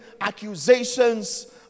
accusations